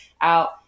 out